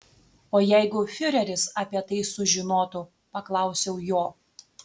o jeigu fiureris apie tai sužinotų paklausiau jo